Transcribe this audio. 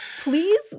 please